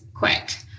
quick